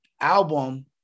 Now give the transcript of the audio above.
album